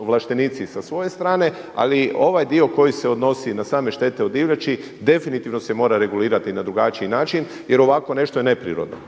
ovlaštenici sa svoje strane, ali ovaj dio koji se odnosi na same štete od divljači definitivno se mora regulirati na drugačiji način jer ovako nešto je neprirodno.